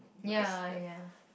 ya ya